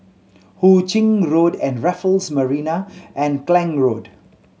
Hu Ching Road Raffles Marina and Klang Road